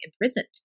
imprisoned